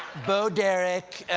bo derek,